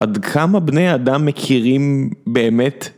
עד כמה בני אדם מכירים באמת?